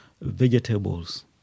vegetables